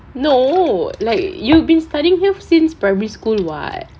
no like you been studying here since primary school [what]